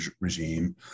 regime